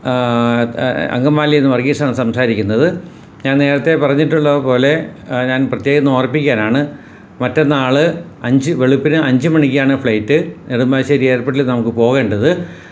ഹേ അങ്കമാലിയിൽ നിന്ന് വർഗീസാണ് സംസാരിക്കുന്നത് ഞാൻ നേരത്തെ പറഞ്ഞിട്ടുള്ളത് പോലെ അ ഞാൻ പ്രത്യേകം ഓർമ്മിപ്പിക്കാനാണ് മറ്റന്നാള് അഞ്ച് വെളുപ്പിന് അഞ്ച് മണിക്കാണ് ഫ്ലൈറ്റ് നെടുമ്പാശ്ശേരി എയർപോർട്ടില് നമുക്ക് പോകേണ്ടത്